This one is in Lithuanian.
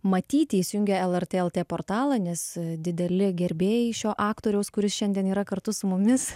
matyti įsijungę lrt lt portalą nes dideli gerbėjai šio aktoriaus kuris šiandien yra kartu su mumis